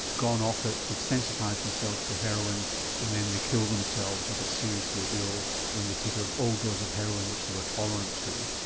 gone off it, they've sensitised themselves to heroin and then they kill themselves or get seriously ill when they take an overdose of heroin which they were tolerant to.